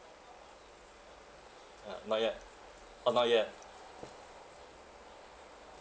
ah not yet oh not yet